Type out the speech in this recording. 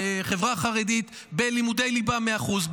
החברה החרדית בלימודי ליבה מאה אחוז,